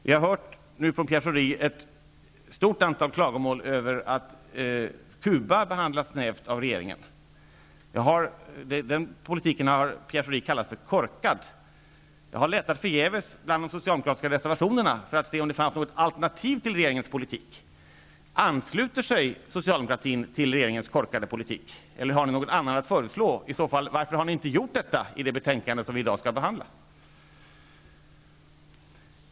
Vi har nu hört ett stort antal klagomål från Pierre Schori över att Cuba behandlas snävt av regeringen. Den politiken har Pierre Schori kallat för korkad. Jag har letat förgäves bland de socialdemokratiska reservationerna för att se om det fanns något alternativ till regeringens politik. Ansluter sig socialdemokratin till regeringens korkade politik eller har ni någon annan att föreslå? Varför har ni i så fall inte gjort detta i det betänkande som vi i dag skall behandla?